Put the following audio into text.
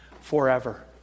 forever